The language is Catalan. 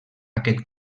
aquest